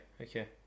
Okay